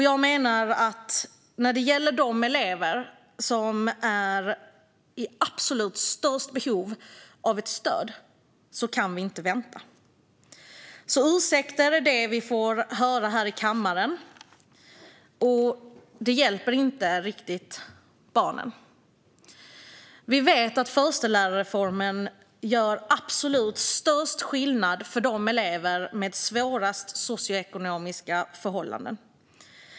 Jag menar att vi inte kan vänta när det gäller de elever som är i absolut störst behov av stöd. Ursäkter är alltså det vi får höra här i kammaren. Det hjälper inte riktigt barnen. Vi vet att förstelärarreformen gör absolut störst skillnad för de elever som har de svåraste socioekonomiska förhållandena.